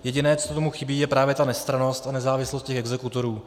Jediné, co tomu chybí je právě ta nestrannost a nezávislost exekutorů.